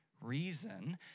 Reason